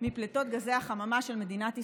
מפליטות גזי החממה של מדינת ישראל.